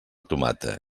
tomata